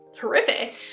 horrific